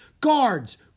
Guards